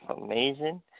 amazing